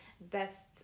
best